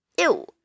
Ew